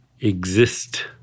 exist